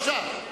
בבקשה.